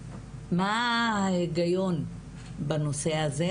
מה ההיגיון בנושא הזה,